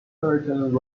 certain